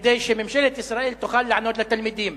כדי שממשלת ישראל תוכל לענות לתלמידים.